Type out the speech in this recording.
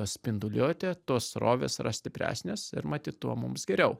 spinduliuotė tos srovės yra stipresnės ir matyt tuo mums geriau